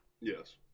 Yes